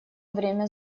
время